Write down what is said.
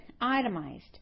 itemized